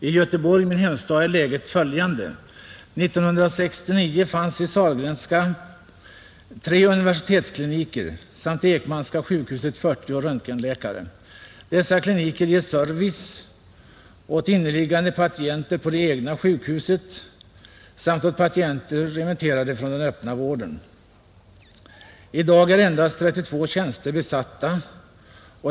I Göteborg, min hemstad, är läget följande. År 1969 fanns vid Sahlgrenska sjukhusets tre universitetskliniker samt Ekmanska sjukhuset 40 röntgenläkare. Dessa kliniker ger service åt inneliggande patienter på det egna sjukhuset samt för patienter som remitterats från den öppna vården. I dag är endast 32 tjänster besatta.